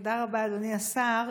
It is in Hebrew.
תודה רבה, אדוני השר.